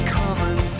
common